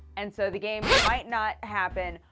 and so the game might not happen,